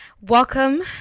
welcome